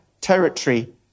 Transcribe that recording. territory